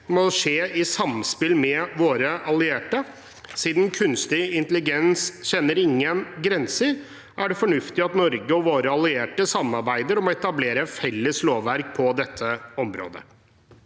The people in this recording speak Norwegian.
må skje i samspill med våre allierte. Siden kunstig intelligens ikke kjenner grenser, er det fornuftig at Norge og våre allierte samarbeider om å etablere felles lovverk på dette området.